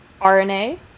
RNA